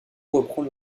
reprend